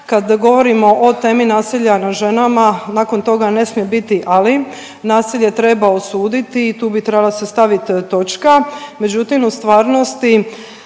Kad govorimo o temi nasilja nad ženama nakon toga ne smije biti ali. Nasilje treba osuditi i tu bi trebala se stavit točka